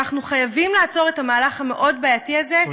אנחנו חייבים לעצור את המהלך המאוד-בעייתי הזה,